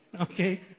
Okay